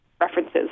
references